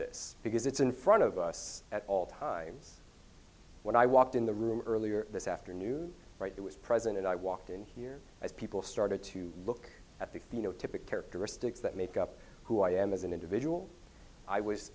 this because it's in front of us at all times when i walked in the room earlier this afternoon right it was present and i walked in here as people started to look at the phenotypic characteristics that make up who i am as an individual i was